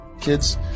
kids